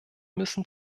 müssen